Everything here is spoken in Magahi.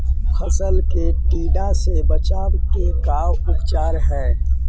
फ़सल के टिड्डा से बचाव के का उपचार है?